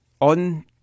on